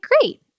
great